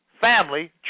family